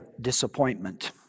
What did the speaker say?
disappointment